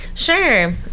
sure